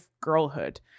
girlhood